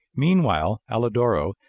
meanwhile, alidoro,